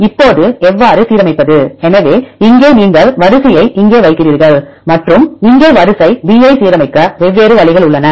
இப்போது எவ்வாறு சீரமைப்பது எனவே இங்கே நீங்கள் வரிசையை இங்கே வைக்கிறீர்கள் மற்றும் இங்கே வரிசை b ஐ சீரமைக்க வெவ்வேறு வழிகள் உள்ளன